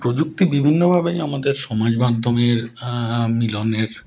প্রযুক্তি বিভিন্নভাবেই আমাদের সমাজ মাধ্যমের মিলনের